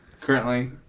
Currently